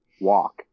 walk